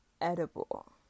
edible